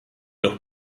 los